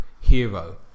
hero